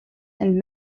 and